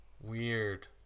weird